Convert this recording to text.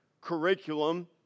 curriculum